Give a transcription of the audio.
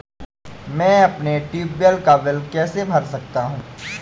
मैं अपने ट्यूबवेल का बिल कैसे भर सकता हूँ?